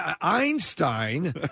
Einstein